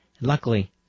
Luckily